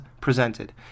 presented